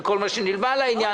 וכל מה שנלווה לעניין.